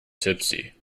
tipsy